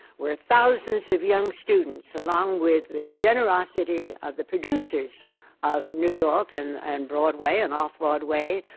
where thousands of young students, along with the generosity of the producers of new york and and broadway and off broadway,